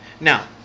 now